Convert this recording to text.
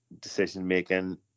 decision-making